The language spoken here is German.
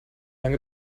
lange